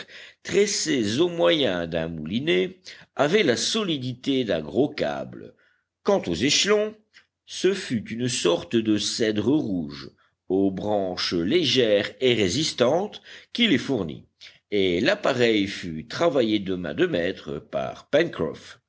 tressées au moyen d'un moulinet avaient la solidité d'un gros câble quant aux échelons ce fut une sorte de cèdre rouge aux branches légères et résistantes qui les fournit et l'appareil fut travaillé de main de maître par